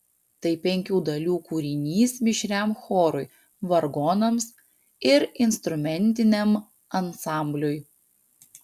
tai penkių dalių kūrinys mišriam chorui vargonams ir instrumentiniam ansambliui